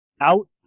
out